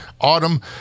Autumn